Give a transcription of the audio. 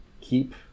keep